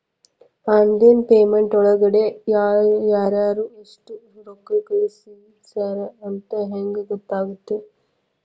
Online payment ಒಳಗಡೆ ಯಾರ್ಯಾರು ಎಷ್ಟು ರೊಕ್ಕ ಕಳಿಸ್ಯಾರ ಅಂತ ಹೆಂಗ್ ಗೊತ್ತಾಗುತ್ತೆ?